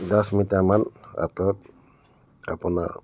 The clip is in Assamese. দহ মিটাৰমান আঁতৰত আপোনাৰ